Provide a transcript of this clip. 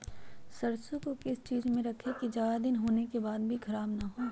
सरसो को किस चीज में रखे की ज्यादा दिन होने के बाद भी ख़राब ना हो?